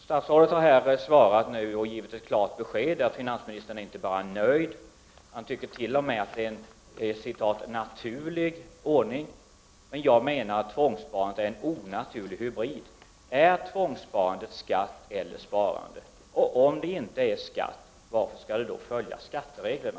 Finansministern har här svarat och givit ett klart besked att han inte bara är nöjd med denna ordning utan t.o.m. tycker att det är en naturlig ordning. Jag menar däremot att tvångssparandet är en onaturlig hybrid. Är tvångssparandet skatt eller sparande? Om det inte är skatt, varför skall det då följa skattereglerna?